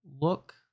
look